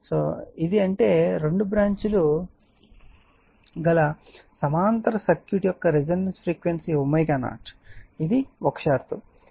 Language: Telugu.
కాబట్టి ఇది అంటే రెండు బ్రాంచ్ లు గల సమాంతర సర్క్యూట్ యొక్క రెసోనన్స్ ఫ్రీక్వెన్సీ ω0 ఇది ఒక షరతు